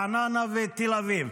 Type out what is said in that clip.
רעננה ותל אביב.